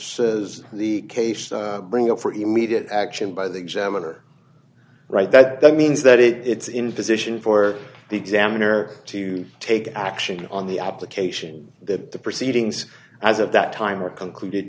says the case to bring up for immediate action by the examiner right that means that it it's in position for the examiner to take action on the application that the proceedings as of that time are concluded